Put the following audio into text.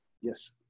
Yes